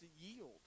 Yield